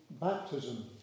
baptism